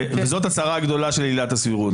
זו הצרה הגדולה של עילת הסבירות,